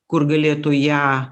kur galėtų ją